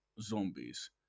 zombies